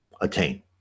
attain